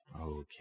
Okay